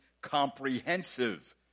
comprehensive